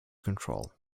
control